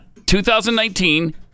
2019